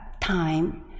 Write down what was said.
time